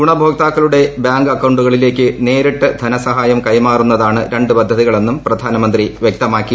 ഗുണഭോക്താക്കളുടെ ബാങ്ക് അക്കൌണ്ടുകളിലേക്ക് നേരിട്ട് ധനസഹായം കൈമാറുന്നതാണ് രണ്ട് പദ്ധതികളെന്നും പ്രധാനമന്ത്രി വ്യക്തമാക്കി